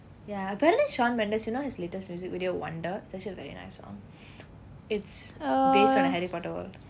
ya but then shawn mendes you know his latest music video wonder it's actually a very nice song it's based on the harry potter world